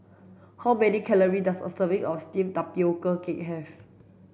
how many calories does a serving of steamed tapioca cake have